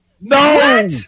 No